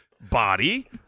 body